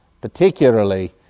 particularly